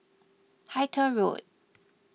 Hythe Road